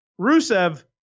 Rusev